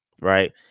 right